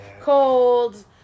cold